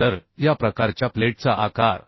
तर या प्रकारच्या प्लेटचा आकार